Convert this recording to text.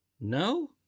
No